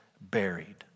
buried